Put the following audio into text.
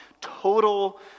total